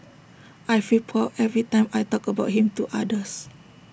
I feel proud every time I talk about him to others